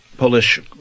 Polish